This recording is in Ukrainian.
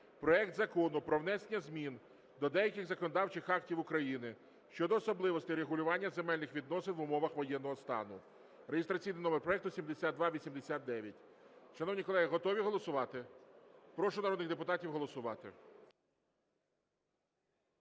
проект Закону про внесення змін до деяких законодавчих актів України щодо особливостей регулювання земельних відносин в умовах воєнного стану (реєстраційний номер проекту 7289). Шановні колеги, готові голосувати? Прошу народних депутатів голосувати.